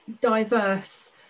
diverse